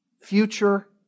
future